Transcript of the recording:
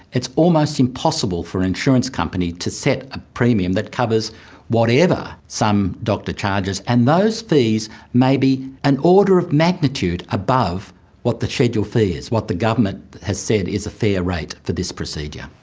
it's almost impossible for an insurance company to set a premium that covers whatever some doctor charges, and those fees may be an order of magnitude above what the scheduled fee is, what the government has said is a fair rate for this procedure.